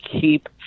keep